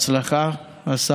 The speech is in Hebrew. הצעת חוק ההוצאה לפועל (תיקון מס'